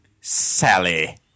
Sally